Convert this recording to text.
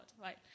right